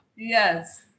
Yes